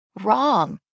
wrong